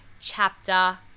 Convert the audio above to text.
chapter